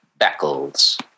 Beckles